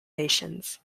nations